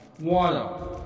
Water